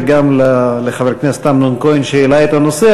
וגם לחבר הכנסת כהן שהעלה את הנושא.